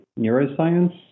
neuroscience